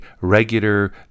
regular